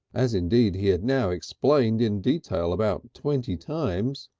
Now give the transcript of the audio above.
as indeed he had now explained in detail about twenty times,